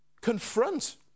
confront